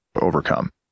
overcome